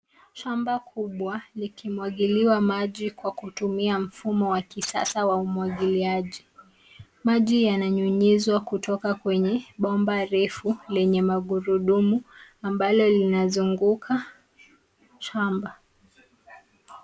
Shamba kubwa likimwagiliwa maji kwa kutumia mfumo wa kisasa wa umwagiliaji. Maji yananyunyizwa kutoka kwenye bomba refu lenye magurudumu ambalo linazunguka shamba.